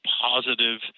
positive